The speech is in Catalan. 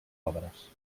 obres